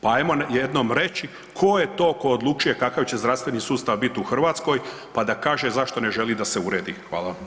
Pa ajmo jednom reći tko je to ko odlučuje kakav će zdravstveni sustav bit u Hrvatskoj pa da kaže zašto ne želi da se uredi.